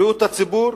בריאות הציבור,